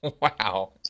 Wow